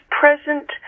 present